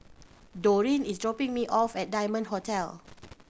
Dorene is dropping me off at Diamond Hotel